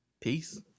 Peace